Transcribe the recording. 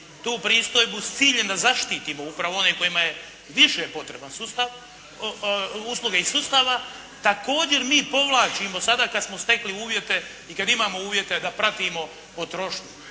tu pristojbu s ciljem da zaštitimo upravo one kojima je više potreban sustav, usluge iz sustava. Također mi povlačimo sada kad smo stekli uvjete i kad imamo uvjete da pratimo potrošnju.